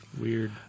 weird